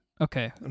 Okay